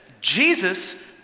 Jesus